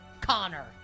Connor